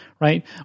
Right